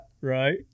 Right